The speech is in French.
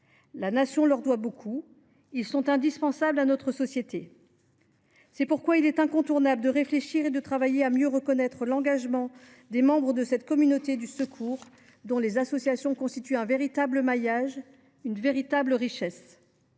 La Nation leur doit beaucoup. Ils sont indispensables à notre société. C’est pourquoi il est incontournable de réfléchir et de travailler à mieux reconnaître l’engagement des membres de cette communauté du secours, dont les associations constituent un véritable maillage, une véritable richesse.